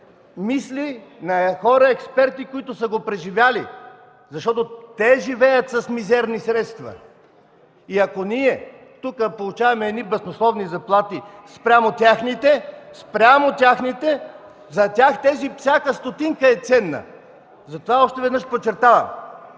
мисли на хора експерти, които са го преживели. Те живеят с мизерни средства и ако ние тук получаваме баснословни заплати спрямо техните (реплики), спрямо техните, за тях всяка стотинка е ценна! Още веднъж подчертавам